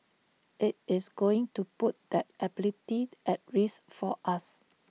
IT is going to put that ability at risk for us